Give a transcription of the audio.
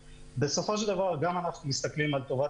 בסופו של דבר גם אנחנו מסתכלים על טובת